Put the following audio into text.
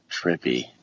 Trippy